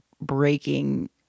breaking